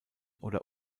oder